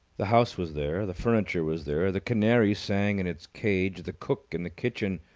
the house was there. the furniture was there. the canary sang in its cage, the cook in the kitchen.